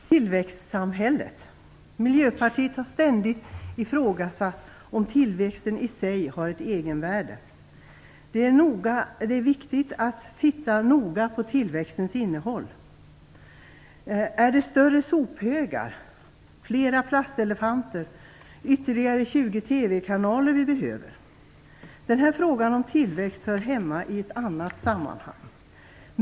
Herr talman! När det gäller tillväxtsamhället har Miljöpartiet ständigt ifrågasatt om tillväxten i sig har ett egenvärde. Det är viktigt att titta noga på tillväxtens innehåll. Är det större sophögar, flera plastelefanter, ytterligare 20 TV-kanaler som vi behöver? Den här frågan om tillväxt hör hemma i ett annat sammanhang.